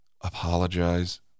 apologize